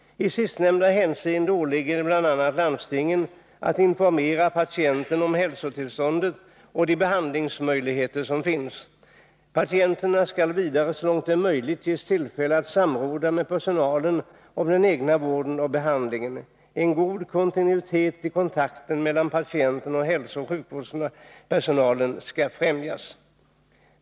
I sistnämnda hänseende åligger det bl.a. landstingen att informera patienten om hälsotillståndet och de behandlingsmöjligheter som finns. Patienten skall vidare, så långt det är möjligt, ges tillfälle att samråda med personalen om den egna vården och behandlingen. En god kontinuitet i kontakterna mellan patienten och hälsooch sjukvårdspersonalen skall främjas.